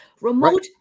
remote